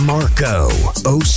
Marco